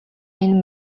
энэ